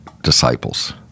disciples